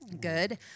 Good